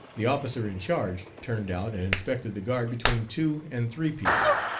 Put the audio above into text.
the officer in charge turned out and inspected the guard between two and three p m.